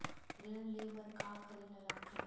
ऋण ले बर का करे ला लगथे?